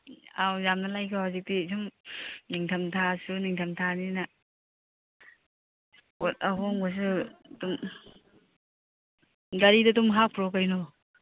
ꯑꯥꯎ ꯌꯥꯝꯅ ꯂꯩꯒꯣ ꯍꯧꯖꯤꯛꯇꯤ ꯁꯨꯝ ꯅꯤꯡꯊꯝꯊꯥꯁꯨ ꯅꯤꯡꯊꯝꯅꯤꯅ ꯄꯣꯠ ꯑꯍꯣꯡꯕꯁꯨ ꯑꯗꯨꯝ ꯒꯥꯔꯤꯗ ꯑꯗꯨꯝ ꯍꯥꯞꯈ꯭ꯔꯣ ꯀꯩꯅꯣ